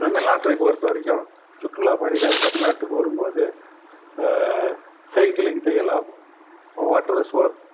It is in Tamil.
தமிழ் நாட்டை பொறுத்தவரைக்கும் சுற்றுலா பயணிகள் தமிழ் நாட்டுக்கு வரும்போது சைக்கிளிங் செய்யலாம் வாட்ரு ஃபோர்ஸ்